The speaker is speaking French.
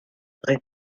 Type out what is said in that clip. rue